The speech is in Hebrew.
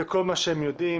זה כל מה שהם יודעים.